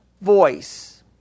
voice